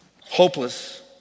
hopeless